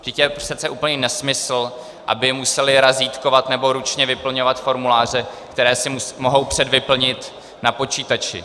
Vždyť je přece úplný nesmysl, aby je museli razítkovat nebo ručně vyplňovat formuláře, které si mohou předvyplnit na počítači.